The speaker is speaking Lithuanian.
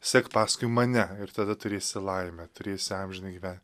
sek paskui mane ir tada turėsi laimę turėsi amžiną gyven